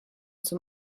zum